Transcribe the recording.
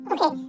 Okay